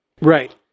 Right